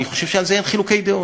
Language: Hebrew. ואני חושב שעל זה אין חילוקי דעות.